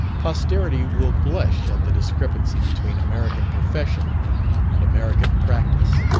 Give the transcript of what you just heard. posterity will blush at the discrepancy between american profession and american practice.